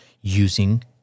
using